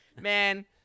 Man